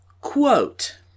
Quote